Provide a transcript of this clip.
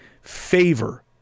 favor